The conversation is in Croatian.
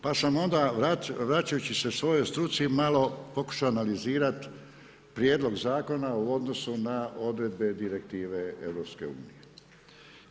Pa sam onda vraćajući se svojoj struci malo pokušao analizirati prijedlog zakona u odnosu na odredbe direktive EU-a.